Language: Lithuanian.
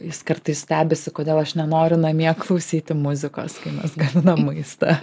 jis kartais stebisi kodėl aš nenoriu namie klausyti muzikos kai mes gaminam maistą